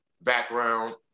background